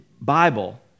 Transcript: Bible